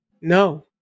No